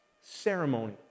ceremony